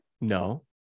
no